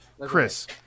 Chris